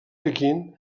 pequín